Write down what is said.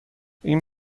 این